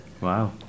Wow